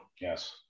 yes